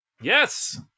yes